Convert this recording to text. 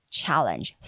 challenge